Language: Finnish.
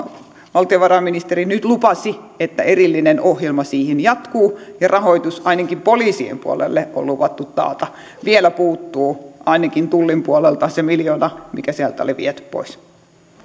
valtiovarainministeri nyt lupasi että erillinen ohjelma siihen jatkuu ja rahoitus ainakin poliisien puolelle on luvattu taata vielä puuttuu ainakin tullin puolelta se miljoona mikä sieltä oli viety pois